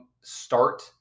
start